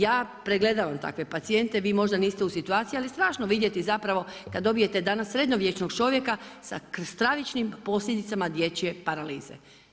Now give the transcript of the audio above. Ja pregledavam takve pacijente, vi možda niste u situaciji, ali strašno je vidjeti zapravo kad dobijete danas sredovječnog čovjeka sa stravičnim posljedicama dječje paralize.